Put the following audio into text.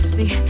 See